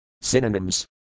Synonyms